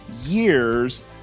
years